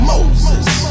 Moses